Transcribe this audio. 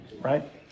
right